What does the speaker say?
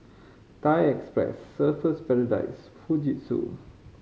Thai Express Surfer's Paradise Fujitsu